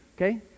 okay